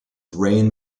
reign